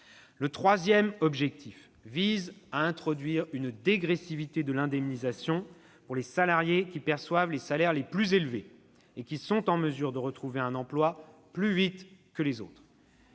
Le troisième objectif vise à introduire une dégressivité de l'indemnisation pour les salariés qui perçoivent les salaires les plus élevés et qui sont en mesure de retrouver un emploi plus vite que les autres.